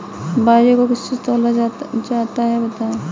बाजरे को किससे तौला जाता है बताएँ?